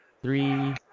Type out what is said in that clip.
Three